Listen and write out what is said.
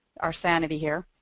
our sanity here